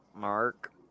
mark